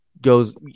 goes